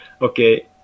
Okay